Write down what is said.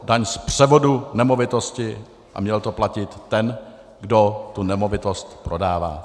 Daň z převodu nemovitosti měl platit ten, kdo tu nemovitost prodává.